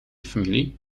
familie